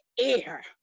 air